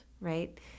right